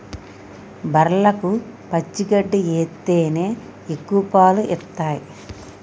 బర్లకు పచ్చి గడ్డి ఎత్తేనే ఎక్కువ పాలు ఇత్తయ్